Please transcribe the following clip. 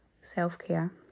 self-care